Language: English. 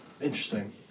Interesting